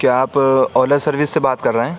کیا آپ اولا سروس سے بات کر رہے ہیں